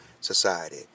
Society